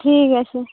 ঠিক আছে